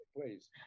please